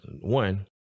one